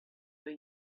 were